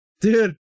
Dude